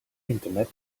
internet